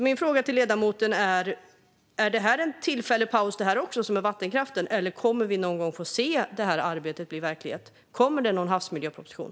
Min fråga till ledamoten är: Är detta också en tillfällig paus som med vattenkraften, och kommer vi någon gång att få se detta arbete bli verklighet? Kommer det någon havsmiljöproposition?